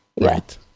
Right